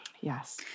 Yes